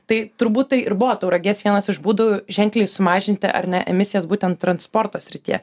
tai turbūt tai ir buvo tauragės vienas iš būdų ženkliai sumažinti ar ne emisijas būtent transporto srityje